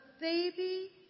baby